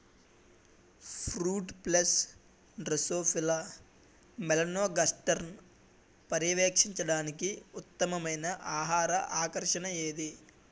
Fruit flies drosophila మెలనోగాస్టర్ని పర్యవేక్షించడానికి ఉత్తమమైన ఆహార ఆకర్షణ ఏది?